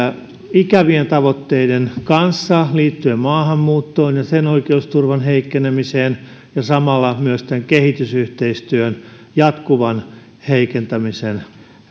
ikävien tavoitteiden kanssa liittyen maahanmuuttoon ja sen oikeusturvan heikkenemiseen ja samalla myös kehitysyhteistyön jatkuvan heikentämisen